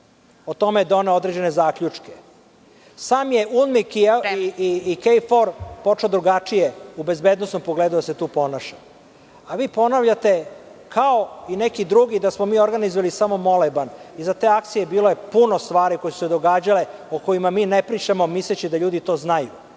o tome je doneo određene zaključke. Sam UNMIK i KFOR su počeli drugačije u bezbednosnom pogledu da se tu ponaša, a vi ponavljate kao neki drugi da smo mi organizovali samo moleban. Iza te akcije bilo je puno stvari koje su se događale, o kojima mi ne pričamo, misleći da ljudi to znaju,